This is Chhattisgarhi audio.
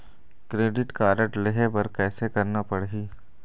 क्रेडिट कारड लेहे बर कैसे करना पड़ही?